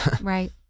Right